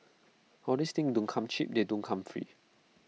all these things don't come cheap they don't come free